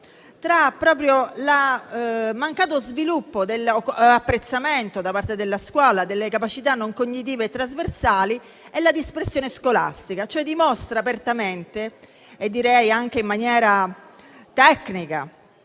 tra il mancato sviluppo dell'apprezzamento, da parte della scuola, delle capacità non cognitive e trasversali e la dispersione scolastica, cioè dimostra apertamente e direi anche in maniera tecnica